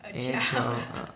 agile ah